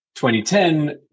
2010